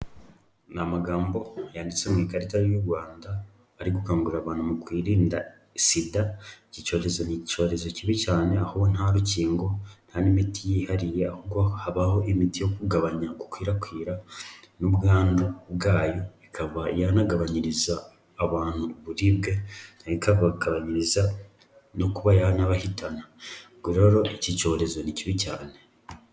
Ni amagambo yanditse mu ikarita y'u Rwanda, ari gukangurira abantu mu kwirinda sida, iki cyorezo ni icyorezo kibi cyane, aho nta rukingo nta n'imiti yihariye ahubwo habaho imiti yo kugabanya gukwirakwira n'ubwandu bwayo, ikaba yanagabanyiriza abantu uburibwe, ikanabagabanyiriza no kuba yanabahitana, ubwo rero iki cyorezo ni kibi cyane.